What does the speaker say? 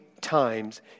times